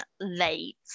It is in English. late